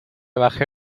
baje